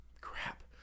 Crap